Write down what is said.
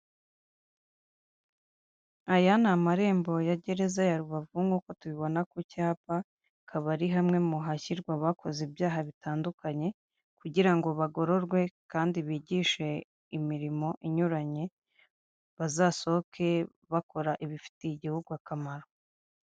Aya ni amarembo ya gereza ya Rubavu nk'uko tubibona ku cyapa, hakaba ari hamwe mu hashyirwa abakoze ibyaha bitandukanye, kugira ngo bagororwe kandi bigishe imirimo inyuranye, bazasohoke bakora ibifitiye igihugu akamaro.